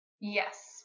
Yes